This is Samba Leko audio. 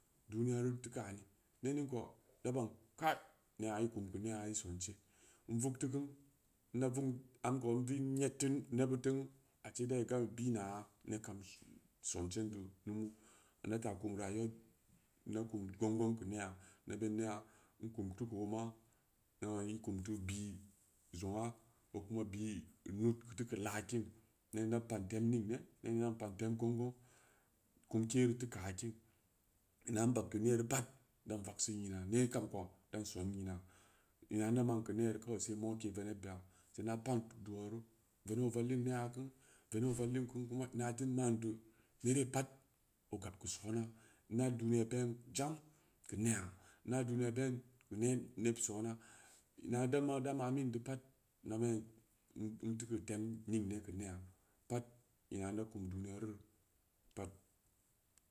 Duniyaru teu kani ne ning kou da ba'an kai nena ikum keu neya yeu sonse in vug teu kuna inda am kou vugn yed keun nebud te'uu ace da beu gam ida ibinaya neb kam sonsen deu numu ada ta kum rayuwa da ta kum gong- gong keu neya ida neya in kum teu keu. Oma naban in kumteu bii zong aa ko kuma bii nuud teu keu laa kin ko inda pa'an tem ningne nening dan pa'an tem gong- gong kumke ru teu ka kim ina in bag keu nereu geu pat dan vakseu nyiina neb kam ko da'an son nyiina ina inda ma'an keu ne kawai sai moke venebbeya sai inda pa'an du'aru veneb o vallin neya kin veneb ovallinku kuma ina teun man duu nere pat ogab keu sona inda duniya bein jam keu neya inda duniya bein keu ne- neb sona ina da- da maminduu pat inda beinininteu keu tem ning ne keu neya pat ina da kum duniya rureu pat